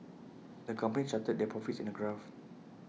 the company charted their profits in A graph